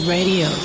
Radio